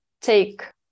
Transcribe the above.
take